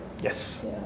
Yes